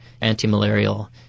anti-malarial